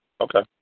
Okay